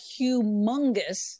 humongous